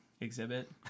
exhibit